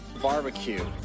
barbecue